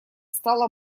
стало